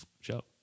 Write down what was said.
show